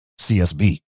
CSB